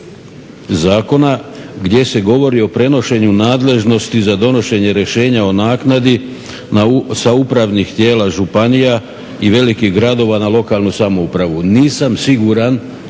članka 25. zakona gdje se govori o prenošenju nadležnosti za donošenje rješenja o naknadi sa upravnih tijela županija i velikih gradova na lokalnu samoupravu.